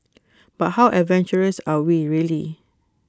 but how adventurous are we really